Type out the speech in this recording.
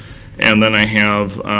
and then i have